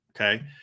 okay